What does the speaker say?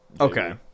Okay